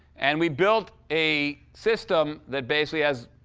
and we built a system that basically has